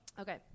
okay